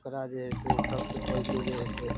ओकरा जे हइ से सबसँ पहिले जे हइ से